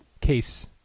case